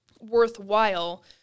worthwhile